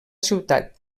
ciutat